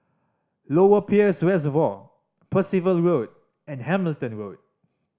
Lower Peirce Reservoir Percival Road and Hamilton Road